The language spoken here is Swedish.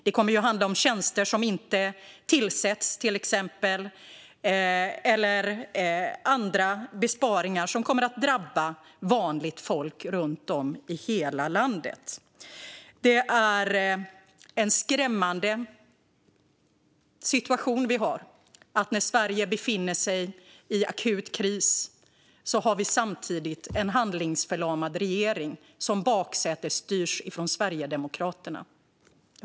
Det kommer att handla om tjänster som inte tillsätts och om andra besparingar som kommer att drabba vanligt folk runt om i hela landet. Det är en skrämmande situation vi har. Samtidigt som Sverige befinner sig i en akut kris har landet en handlingsförlamad regering som baksätesstyrs av Sverigedemokraterna.